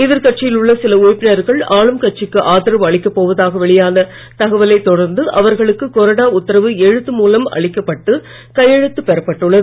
எதிர்கட்சியில் உள்ள சில உறுப்பினர்கள் ஆளும் கட்சிக்கு ஆதரவு அளிக்கப் போவதாக வெளியான தகவலை தொடர்ந்து அவர்களுக்கு கொறடா உத்தரவு எழுத்து மூலம் அளிக்கப்பட்டு கையெழுத்து பெறப்பட்டுள்ளது